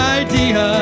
idea